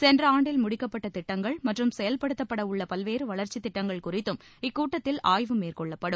சென்ற ஆண்டில் முடிக்கப்பட்ட திட்டங்கள் மற்றும் செயல்படுத்தப்பட உள்ள பல்வேறு வளர்ச்சி திட்டங்கள் குறித்தும் இக்கூட்டத்தில் ஆய்வு மேற்கொள்ளப்படும்